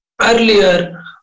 Earlier